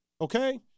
okay